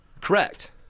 Correct